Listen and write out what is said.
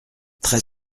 très